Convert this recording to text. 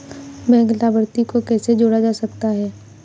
Bank लाभार्थी को कैसे जोड़ा जा सकता है?